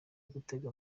gutega